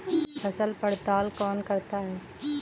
फसल पड़ताल कौन करता है?